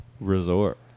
resort